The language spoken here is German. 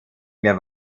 mehr